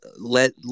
let